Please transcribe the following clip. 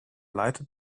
lighted